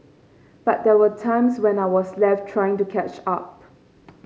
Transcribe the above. but there were times when I was left trying to catch up